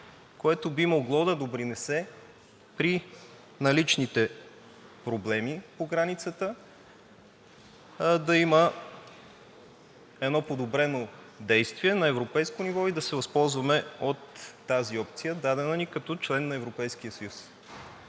което би могло да допринесе при наличните проблеми по границата да има едно подобрено действие на европейско ниво и да се възползваме от тази опция, дадена ни като член на Европейския съюз.